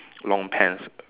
long pants